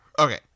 Okay